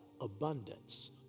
abundance